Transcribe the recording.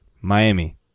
Miami